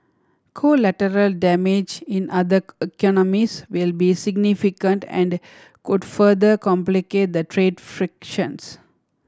collateral damage in other economies will be significant and could further complicate the trade frictions